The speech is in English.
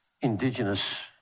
Indigenous